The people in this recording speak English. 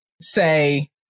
say